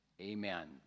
Amen